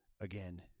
again